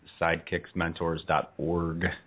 SidekicksMentors.org